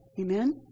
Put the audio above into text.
Amen